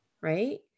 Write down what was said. right